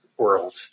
world